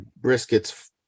briskets